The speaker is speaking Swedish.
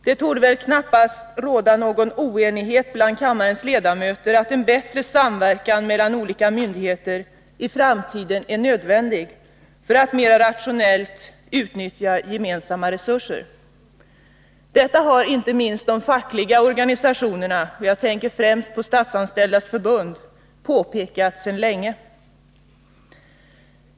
Det torde väl knappast råda någon oenighet bland kammarens ledamöter om att en bättre samverkan mellan olika myndigheter i framtiden är nödvändig för mera rationellt utnyttjande av gemensamma resurser. Detta har inte minst de fackliga organisationerna — jag tänker främst på Statsanställdas förbund — påpekat sedan länge.